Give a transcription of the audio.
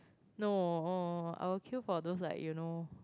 no uh I will queue for those like you know